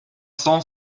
cent